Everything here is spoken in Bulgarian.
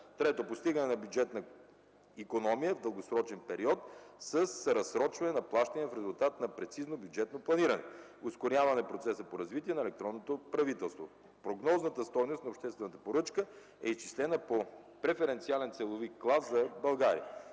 трето – постигане на бюджетна икономия в дългосрочен период с разсрочване на плащания в резултат на прецизно бюджетно планиране; ускоряване процеса по развитие на електронното правителство. Прогнозната стойност на обществената поръчка е изчислена по преференциален ценови клас за България.